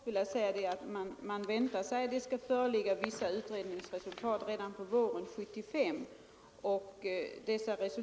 Fru talman! Man väntar sig att det skall föreligga vissa utredningsresultat redan våren 1975.